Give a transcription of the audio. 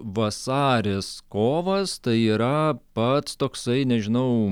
vasaris kovas tai yra pats toksai nežinau